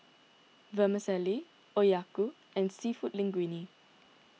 Vermicelli Okayu and Seafood Linguine